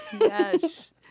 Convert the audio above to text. Yes